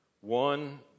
One